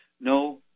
no